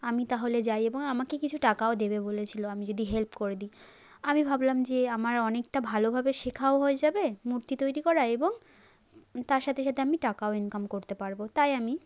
আমি তাহলে যাই এবং আমাকে কিছু টাকাও দেবে বলেছিলো আমি যদি হেল্প করে দিই আমি ভাবলাম যে আমার অনেকটা ভালোভাবে শেখাও হয়ে যাবে মূর্তি তৈরি করা এবং তার সাথে সাথে আমি টাকাও ইনকাম করতে পারবো তাই আমি